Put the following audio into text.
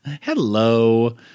hello